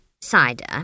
cider